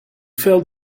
fell